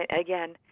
again